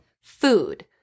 food